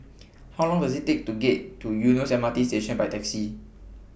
How Long Does IT Take to get to Eunos MRT Station By Taxi